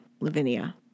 Lavinia